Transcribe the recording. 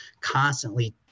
constantly